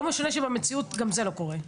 לא משנה שבמציאות גם זה לא קורה.